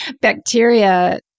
bacteria